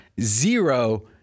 Zero